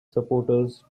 supporters